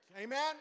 Amen